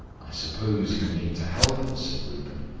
i suppose you mean to help us? said rupert.